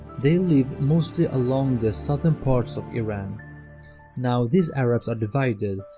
they live mostly along the southern parts of iran now these arabs are divided,